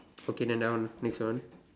okay than that one next one